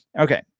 Okay